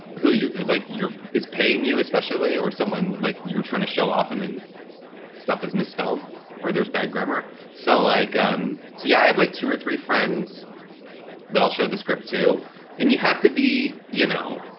who you like your is paying you especially or someone like you're trying to show off and then stuff is misspelled or there's bad grammar. so like um, so yeah, i have like two or three friends that i'll show the script to and you have to be you know